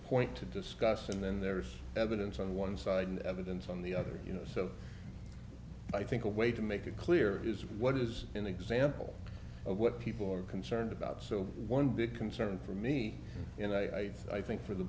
point to discuss and then there's evidence on one side and evidence on the other you know so i think a way to make it clear is what is an example of what people are concerned about so one big concern for me and i i think for the